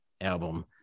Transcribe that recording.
album